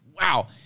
wow